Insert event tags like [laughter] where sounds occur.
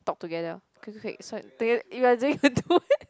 talk together quick quick quick so tog~ you are doing [laughs]